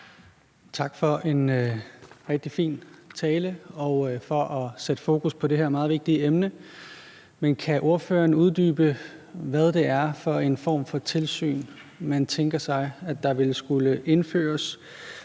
Tak for en rigtig fin tale og for at sætte fokus på det her meget vigtige emne. Men kan ordføreren uddybe, hvad det er for en form for tilsyn, man tænker sig der vil skulle indføres?